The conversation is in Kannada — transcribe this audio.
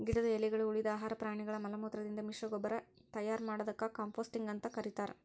ಗಿಡದ ಎಲಿಗಳು, ಉಳಿದ ಆಹಾರ ಪ್ರಾಣಿಗಳ ಮಲಮೂತ್ರದಿಂದ ಮಿಶ್ರಗೊಬ್ಬರ ಟಯರ್ ಮಾಡೋದಕ್ಕ ಕಾಂಪೋಸ್ಟಿಂಗ್ ಅಂತ ಕರೇತಾರ